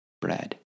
bread